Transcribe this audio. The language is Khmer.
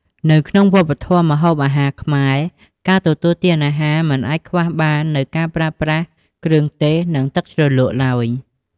នៅក្នុងវប្បធម៌ម្ហូបអាហារខ្មែរ ការទទួលទានអាហារមិនអាចខ្វះបាននូវការប្រើប្រាស់គ្រឿងទេស និងទឹកជ្រលក់ឡើយ។